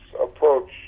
approach